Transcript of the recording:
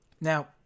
Now